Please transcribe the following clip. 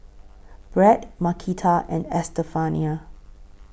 Brad Marquita and Estefania